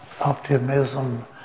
Optimism